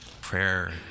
Prayer